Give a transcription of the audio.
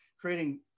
creating